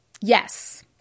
Yes